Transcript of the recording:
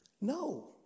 No